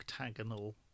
octagonal